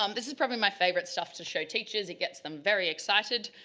um this is probably my favourite stuff to show teachers. it gets them very excited.